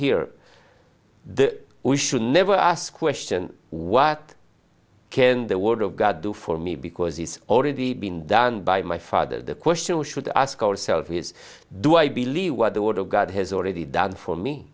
here the we should never ask question what can the word of god do for me because it's already been done by my father the question you should ask yourself is do i believe what the word of god has already done for me